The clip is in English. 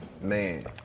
man